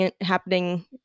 happening